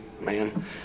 Man